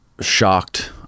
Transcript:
shocked